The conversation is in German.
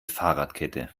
fahrradkette